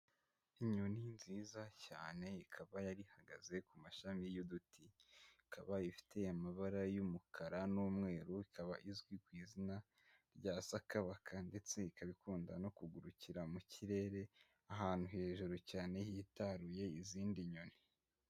Inyoni nziza cyane, ikaba yari ihagaze ku mashami y'uduti, ikaba ifite amabara y'umukara n'umweru, ikaba izwi ku izina rya sakabaka, ndetse ikaba ikunda no kugurukira mu kirere, ahantu hejuru cyane hitaruye izindi nyoni.